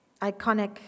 iconic